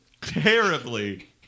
terribly